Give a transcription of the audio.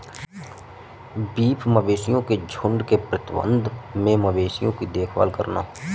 beef मवेशियों के झुंड के प्रबंधन में मवेशियों की देखभाल करना